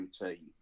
routine